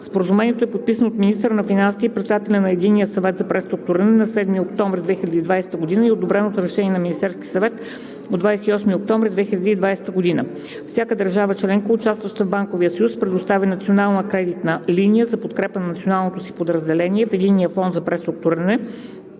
Споразумението е подписано от министъра на финансите и председателя на Единния съвет за преструктуриране на 7 октомври 2020 г. и е одобрено с Решение на Министерския съвет от 28 октомври 2020 г. Всяка държава членка, участваща в Банковия съюз, предоставя национална кредитна линия за подкрепа на националното си подразделение в Единния фонд за преструктуриране